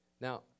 Now